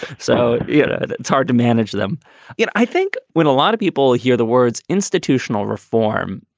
so yeah it's hard to manage them yet i think when a lot of people hear the words institutional reform,